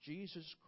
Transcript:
Jesus